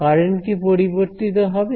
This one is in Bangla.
কারেন্ট কি পরিবর্তিত হবে